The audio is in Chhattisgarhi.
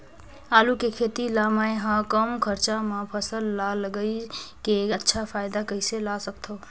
आलू के खेती ला मै ह कम खरचा मा फसल ला लगई के अच्छा फायदा कइसे ला सकथव?